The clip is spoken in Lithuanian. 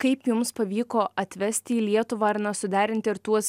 kaip jums pavyko atvesti į lietuvą ir na suderinti ir tuos